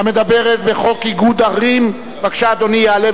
25 בעד, אחד מתנגד,